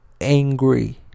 angry